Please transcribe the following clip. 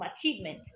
achievement